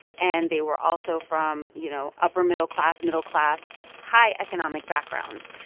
and they were also from, you know, upper-middle class, middle-class high economic backgrounds.